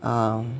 um